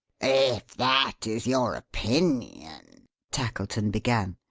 if that is your opinion tackleton began.